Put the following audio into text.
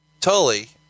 Tully